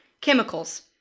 Chemicals